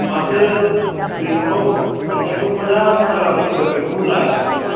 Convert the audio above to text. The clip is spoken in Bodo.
माथो दैखराव अन्थाइखौ मोजां होना गालांनो होबाय बेखौबो होलाङासै नोङो